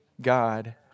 God